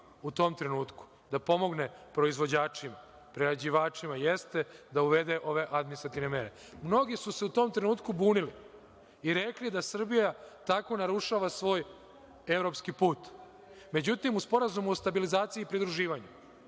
u tom trenutku da pomogne proizvođačima, prerađivačima, jeste da uvede ove administrativne mere. Mnogi su se u tom trenutku bunili i rekli da Srbija tako narušava svoj evropski put. Međutim, u Sporazumu o stabilizaciji i pridruživanju